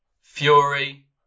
Fury